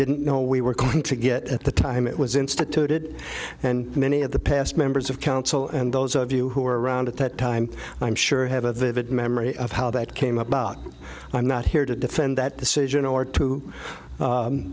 didn't know we were going to get at the time it was instituted and many of the past members of council and those of you who were around at that time i'm sure have a vivid memory of how that came about i'm not here to defend that decision or to